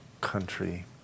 country